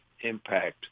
impact